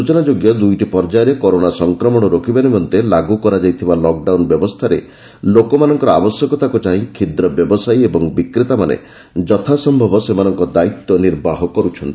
ସୂଚନାଯୋଗ୍ୟ ଦୁଇଟି ପର୍ଯ୍ୟାୟରେ କରୋନା ସଫକ୍ରମଣ ରୋକିବା ନିମନ୍ତେ ଲାଗୁ କରାଯାଇଥିବା ଲକଡାଉନ ବ୍ୟବସ୍ଥାରେ ଲୋକମାନଙ୍କର ଆବଶ୍ୟକତାକୁ ଚାହିଁ କ୍ଷୁଦ୍ରବ୍ୟବସାୟୀ ଏବଂ ବିକ୍ରେତାମାନେ ଯଥାସମ୍ଭବ ସେମାନଙ୍କ ଦାୟିତ୍ୱ ନିର୍ବାହ କରୁଛନ୍ତି